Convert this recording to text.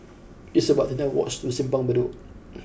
it's about thirty nine walks to Simpang Bedok